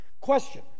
Question